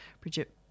Bridget